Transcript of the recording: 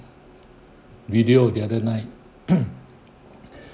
video the other night